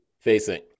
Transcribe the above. Facing